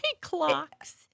clocks